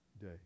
day